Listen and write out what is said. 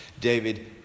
David